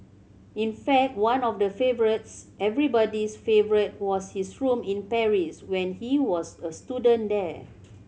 in fact one of the favourites everybody's favourite was his room in Paris when he was a student there